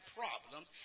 problems